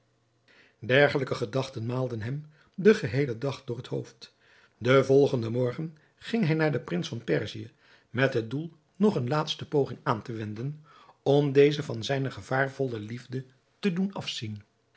dergelijke gedachten maalden hem den geheelen dag door het hoofd den volgenden morgen ging hij naar den prins van perzië met het doel nog eene laatste poging aan te wenden om dezen van zijne gevaarvolle liefde te doen afzien